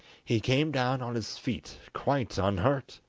he came down on his feet quite unhurt,